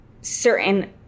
certain